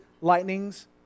lightnings